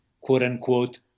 quote-unquote